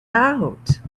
out